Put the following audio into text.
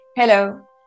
Hello